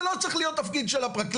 זה לא צריך להיות תפקיד של הפרקליט,